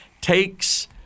takes